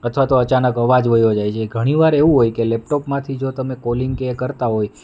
અથવા તો અચાનક અવાજ વયો જાય છે ઘણીવાર એવું હોય કે લેપટોપમાંથી જો તમે કોલિંગ કે એ કરતા હોય